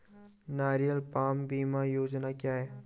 नारियल पाम बीमा योजना क्या है?